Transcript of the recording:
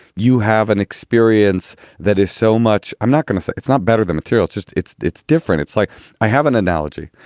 you have an experience that is so much. i'm not going to say it's not better than material. it's it's it's different. it's like i have an analogy,